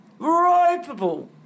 Ropeable